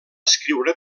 escriure